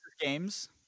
games